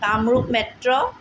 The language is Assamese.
কামৰূপ মেট্ৰ'